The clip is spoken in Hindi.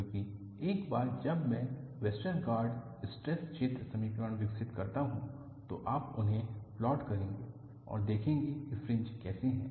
क्योंकि एक बार जब मैं वेस्टरगार्ड स्ट्रेस क्षेत्र समीकरण विकसित करता हूं तो आप उन्हें प्लॉट करेंगे और देखेंगे कि फ्रिंज कैसे हैं